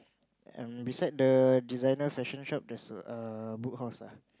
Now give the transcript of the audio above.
um beside the designer fashion shop there's err Book House ah